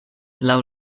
laŭ